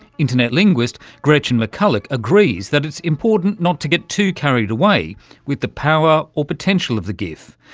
internet linguist gretchen mcculloch agrees that it's important not to get too carried away with the power or potential of the gif,